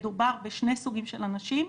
מדובר בשני סוגים של אנשים.